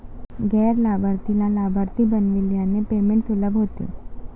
गैर लाभार्थीला लाभार्थी बनविल्याने पेमेंट सुलभ होते